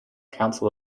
council